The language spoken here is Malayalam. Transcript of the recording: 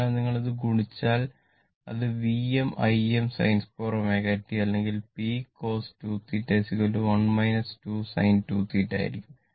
അതിനാൽ നിങ്ങൾ ഇത് ഗുണിച്ചാൽ അത് Vm Im sin 2 ωt അല്ലെങ്കിൽ p cos 2θ 1 2 sin 2θ ആയിരിക്കും